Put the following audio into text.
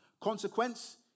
consequence